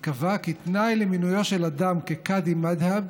ייקבע כי תנאי למינויו של אדם כקאדי מד'הב